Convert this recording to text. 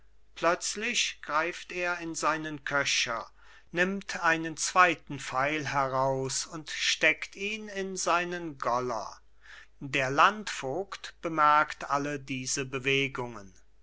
plötzlich greift er in seinen köcher nimmt einen zweiten pfeil heraus und steckt ihn in seinen goller der landvogt bemerkt alle diese bewegungen